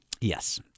Yes